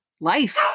life